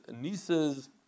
nieces